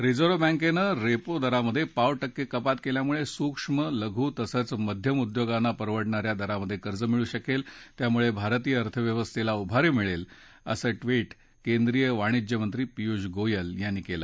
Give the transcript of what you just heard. reserve बँकेनं repo दरात पाव टक्के कपात केल्यामुळे सुक्ष्म लघू तसंच मध्यम उद्योगांना परवडणाऱ्या दरात कर्ज मिळू शकेल त्यामुळे भारतीय अर्थव्यवस्थेला उभारी मिळेल असं ट्विट केंद्रीय वाणिज्यमंत्री पियूष गोयल यांनी केलं